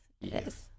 Yes